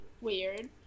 weird